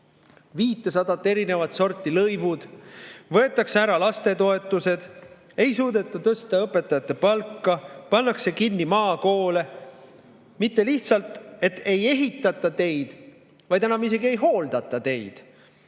viitsadat erinevat sorti lõivud, võetakse ära lastetoetused, ei suudeta tõsta õpetajate palka, pannakse kinni maakoole, mitte lihtsalt nii, et ei ehitata teid, vaid enam isegi ei hooldata teid.